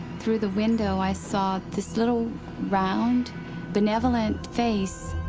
through the window, i saw this little round benevolent face.